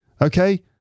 Okay